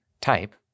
Type